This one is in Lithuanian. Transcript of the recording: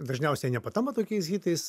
dažniausiai nepatampa tokiais hitais